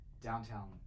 Downtown